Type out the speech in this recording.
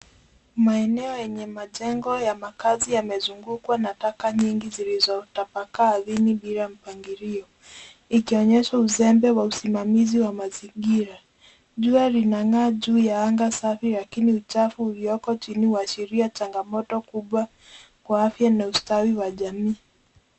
Maeneo yenye majengo ya makazi yamezungukwa na taka nyingi zilizotapakaa ardhini bila mpangilio. Ikionyesha uzembe wa usimamizi wa mazingira. Jua linang'aa juu ya anga safi lakini uchafu ulio chini huashiria changamoto kubwa kwa afya na ustawi wa jamii.